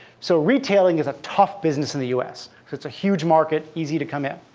so retailing is a tough business in the us. because it's a huge market, easy to come in.